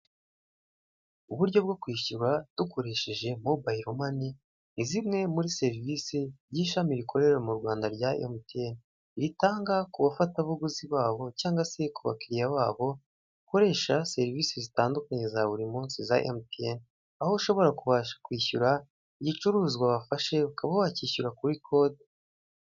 Uburyo bwo kwishyura dukoresheje mobayiro mani (mobile money )ni zimwe muri serivisi y'ishami rikorera mu Rwanda rya emutiyeni (MTN) ritanga ku bafatabuguzi babo cyangwa se ku bakiriya babo bakoresha serivisi zitandukanye za buri munsi za emutiyeni ( MTN). Aho ushobora kubasha kwishyura igicuruzwa wafashe ukaba wakishyura kuri kode.